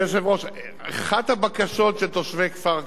אחת הבקשות של תושבי כפר-כנא שפגשתי,